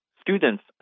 students